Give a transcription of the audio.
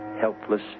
helpless